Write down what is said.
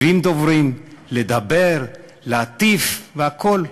70 דוברים, לדבר, להטיף והכול,